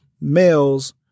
males